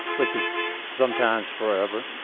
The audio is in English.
which is sometimes forever,